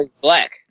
black